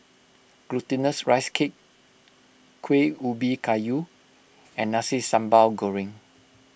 Glutinous Rice Cake Kuih Ubi Kayu and Nasi Sambal Goreng